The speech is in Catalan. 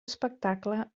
espectacle